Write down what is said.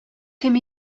кем